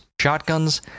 Shotguns